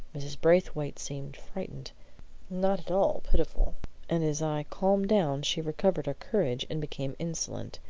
mrs. braithwaite seemed frightened not at all pitiful and as i calmed down she recovered her courage and became insolent.